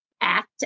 Act